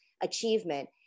achievement